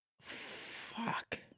Fuck